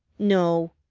no,